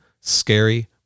Scary